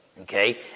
okay